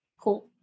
cool